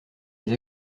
les